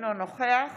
אינו נוכח